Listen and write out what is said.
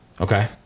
Okay